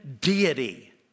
deity